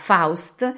Faust